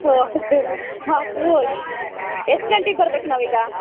ಹೋ ಸರಿ ಆತು ಎಷ್ಟು ಗಂಟಿಗೆ ಬರ್ಬೇಕು ನಾವು ಈಗ